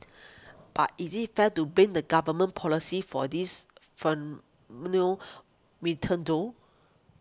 but is it fair to blame the government's policy for this fen menu ray ten though